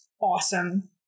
awesome